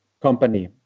company